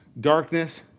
Darkness